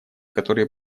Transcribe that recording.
которые